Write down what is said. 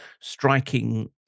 striking